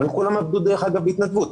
כולם, דרך אגב, עבדו בהתנדבות.